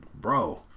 bro